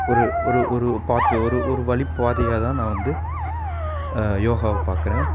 ஒரு ஒரு ஒரு பார்ட்டு ஒரு ஒரு வழி பாதையாக தான் நான் வந்து யோகாவை பார்க்கறேன்